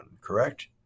correct